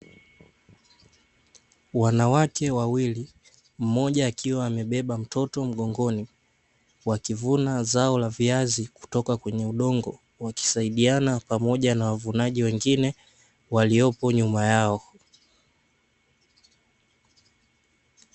Wanawake wawili mmoja akiwa amebeba mtoto mgongoni wakivuna zao la viazi kutoka kwenye udongo, wakisaidiana pamoja na wavunaji wengine waliopo nyuma yao.